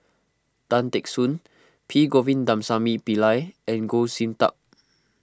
Tan Teck Soon P Govindasamy Pillai and Goh Sin Tub